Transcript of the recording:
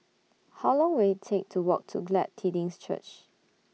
How Long Will IT Take to Walk to Glad Tidings Church